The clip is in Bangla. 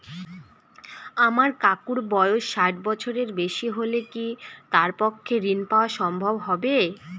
আমার কাকুর বয়স ষাট বছরের বেশি হলে কি তার পক্ষে ঋণ পাওয়া সম্ভব হবে?